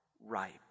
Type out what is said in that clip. ripe